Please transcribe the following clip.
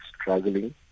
struggling